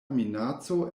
minaco